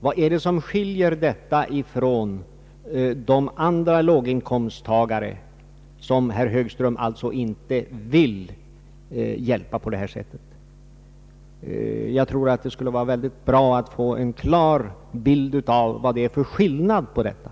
Vad är det som skiljer dessa grupper ifrån andra låginkomsttagare och som herr Högström alltså inte vill hjälpa på det här sättet? Det skulle vara bra att få en klar bild av skillnaden.